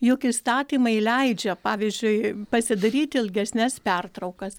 juk įstatymai leidžia pavyzdžiui pasidaryti ilgesnes pertraukas